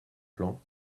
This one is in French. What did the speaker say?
plan